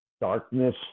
darkness